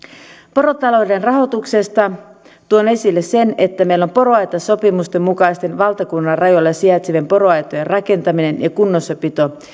porotalouden rahoituksesta tuon esille sen että meillä poroaitasopimusten mukaisten valtakunnan rajoilla sijaitsevien poroaitojen rakentamiseen ja kunnossapitoon